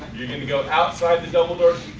you are going to go outside the double doors